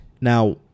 Now